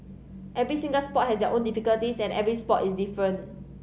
every single sport had their own difficulties and every sport is different